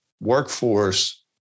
Workforce